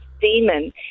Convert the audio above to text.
demon